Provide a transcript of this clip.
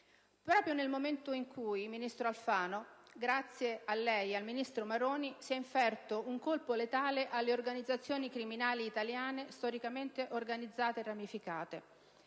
proprio nel momento in cui, ministro Alfano, grazie a lei e al ministro Maroni, si è inferto un colpo letale alle organizzazioni criminali italiane storicamente organizzate e ramificate.